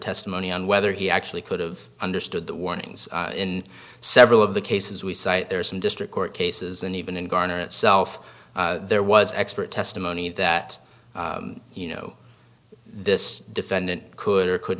testimony on whether he actually could've understood the warnings in several of the cases we cite there are some district court cases and even in garner itself there was expert testimony that you know this defendant could or could